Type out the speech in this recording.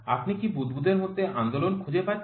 আপনি কি বুদ্বুদের মধ্যে আন্দোলন খুঁজে পাচ্ছেন